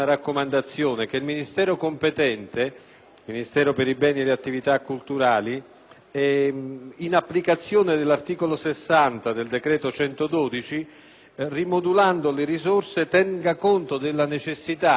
Ministero per i beni e le attività culturali - in applicazione dell'articolo 60 del decreto-legge n. 112 del 2008, rimodulando le risorse, tenga conto della necessità - che si riferisce alla condizione